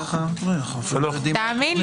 תוכנית.